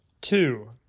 Two